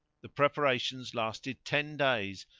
the preparations lasted ten days,